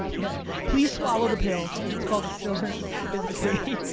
yeah, please swallow the pill, it's called the stillness is the key.